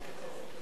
יש?